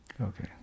Okay